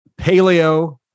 paleo